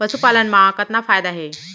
पशुपालन मा कतना फायदा हे?